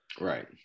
right